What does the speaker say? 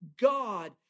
God